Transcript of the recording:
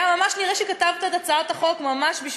גם ממש נראה שכתבת את הצעת החוק בשביל,